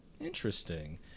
interesting